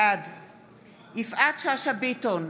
בעד יפעת שאשא ביטון,